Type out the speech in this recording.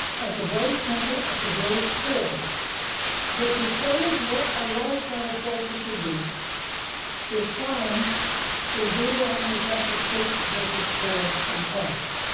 at the very center, at the very core that determines what our lifestyle choices should be is found in deuteronomy chapter six verses four and five,